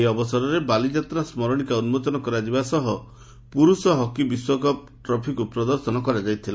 ଏହି ଅବସରରେ ବାଲିଯାତ୍ରା ସ୍କରଶିକା ଉନ୍କୋଚନ କରାଯିବା ସହ ପୁରୁଷ ହକି ବିଶ୍ୱକପ୍ ଟ୍ରଫିକୁ ପ୍ରଦର୍ଶନ କରାଯାଇଥିଲା